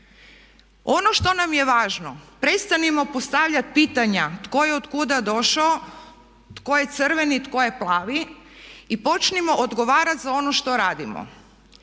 Ono što nam je važno, prestanimo postavljati pitanja tko je od kuda došao, tko je crveni, tko je plavi i počnimo odgovarati za ono što radimo.